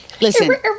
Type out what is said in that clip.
Listen